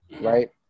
Right